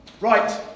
Right